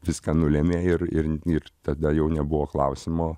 viską nulėmė ir ir ir tada jau nebuvo klausimo